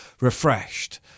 refreshed